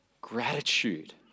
gratitude